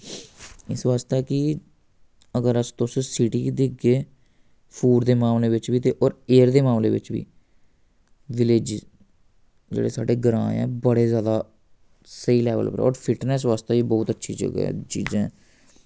इस बास्तै कि अगर अस तुस सिटी गी दिछगे फूड दे मामले बिच्च बी ते और एयर दे मामले बिच्च बी विल्लेजिस जेह्ड़े साढ़े ग्रां ऐं बड़े जैदा स्हेई लैवल पर और फिटनैस्स बास्तै बी ब्हौत अच्छी ज'गा ऐ चीजां ऐं